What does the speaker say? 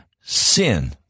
sin